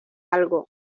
algo